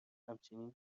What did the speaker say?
همچنین